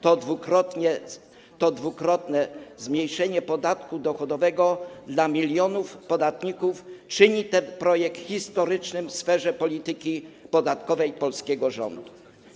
To dwukrotne zmniejszenie podatku dochodowego dla milionów podatników czyni ten projekt historycznym w sferze polityki podatkowej polskiego rządu.